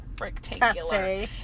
rectangular